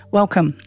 welcome